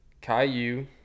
Caillou